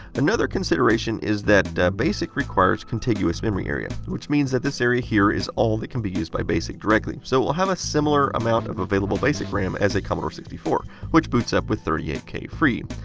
another consideration is that basic requires contiguous memory area. which means this area here is all that can be used by basic directly, so it will have a similar amount of available basic ram as a commodore sixty four, which boots up with thirty eight k free.